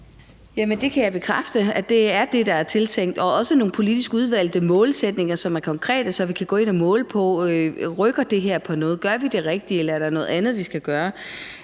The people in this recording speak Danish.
det kan jeg bekræfte. Det er det, der er tiltænkt, og også nogle politisk udvalgte målsætninger, som er konkrete, så vi kan gå ind og måle på, om det her rykker på noget, og om vi gør det rigtige, eller om der er noget andet, vi skal gøre.